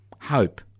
Hope